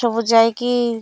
ସବୁ ଯାଇକି